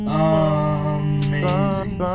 amazing